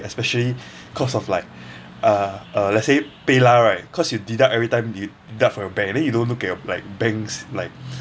especially cause of like uh uh let's say paylah right cause you deduct every time you deduct from your bank and then you don't look at your like bank's like